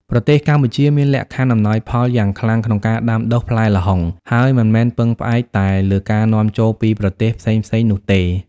ប្រទេសកម្ពុជាមានលក្ខខណ្ឌអំណោយផលយ៉ាងខ្លាំងក្នុងការដាំដុះផ្លែល្ហុង ហើយមិនមែនពឹងផ្អែកតែលើការនាំចូលពីប្រទេសផ្សេងៗនោះទេ។